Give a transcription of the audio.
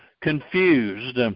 confused